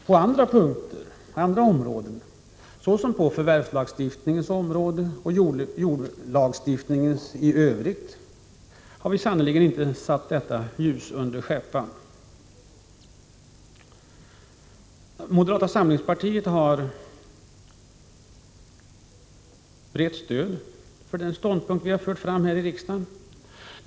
På andra områden, såsom förvävslagstiftningens och jordlagstiftningens områden i övrigt, har vi sannerligen inte satt ljuset under skäppan. Moderata samlingspartiet har ett brett stöd för den ståndpunkt vi har fört fram här i riksdagen.